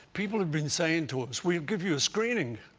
people have been saying to us, we'll give you a screening.